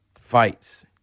fights